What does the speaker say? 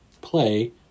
play